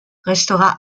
restera